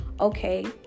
okay